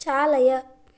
चालय